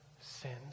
sins